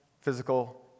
physical